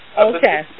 Okay